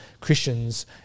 Christians